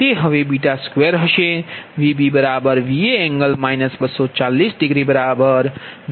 તે હવે 2 હશે